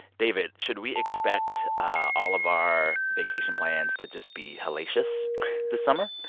david, should we expect ah all of our vacation plans to just be hellacious this summer?